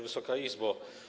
Wysoka Izbo!